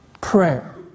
prayer